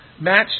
match